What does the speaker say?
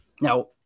Now –